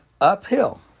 uphill